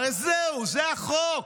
הרי זהו, זה החוק,